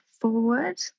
forward